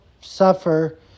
suffer